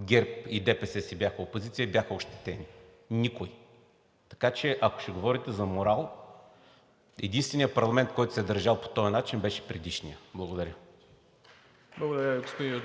ГЕРБ и ДПС си бяха опозиция, бяха ощетени. Никой! Така че, ако ще говорите за морал, единственият парламент, който се е държал по този начин, беше предишният. Благодаря. (Ръкопляскания